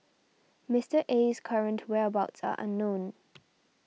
Mister Aye's current whereabouts are unknown